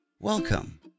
Welcome